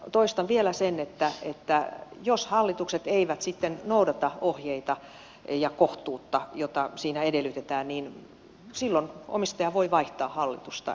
toistan vielä sen että jos hallitukset eivät sitten noudata ohjeita ja kohtuutta jota edellytetään niin silloin omistaja voi vaihtaa hallitusta